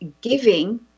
giving